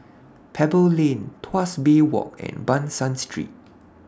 Pebble Lane Tuas Bay Walk and Ban San Street